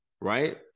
right